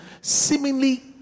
seemingly